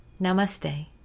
Namaste